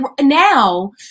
now